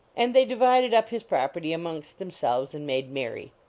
and they divided up his property amongst themselves, and made merry.